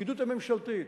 בפקידות הממשלתית,